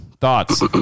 Thoughts